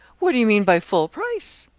what do you mean by full price?